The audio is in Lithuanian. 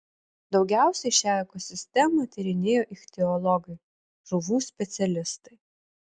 daugiausiai šią ekosistemą tyrinėjo ichtiologai žuvų specialistai